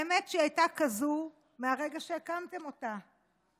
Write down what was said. האמת שהייתה כזאת מהרגע שהקמתם אותה,